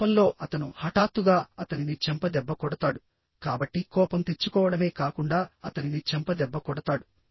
కోపంలో అతను హఠాత్తుగా అతనిని చెంపదెబ్బ కొడతాడు కాబట్టి కోపం తెచ్చుకోవడమే కాకుండా అతనిని చెంపదెబ్బ కొడతాడు